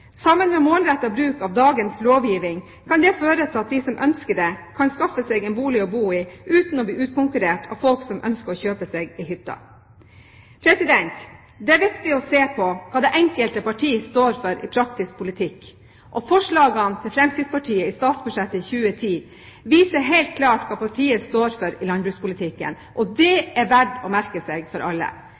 Sammen med målrettet bruk av dagens lovgivning kan det føre til at de som ønsker det, kan skaffe seg en bolig til å bo i uten å bli utkonkurrert av folk som ønsker å kjøpe seg en hytte. Det er viktig å se på hva det enkelte parti står for i praktisk politikk, og forslagene til Fremskrittspartiet i statsbudsjettet for 2010 viser helt klart hva partiet står for i landbrukspolitikken. Det er verd å merke seg for alle.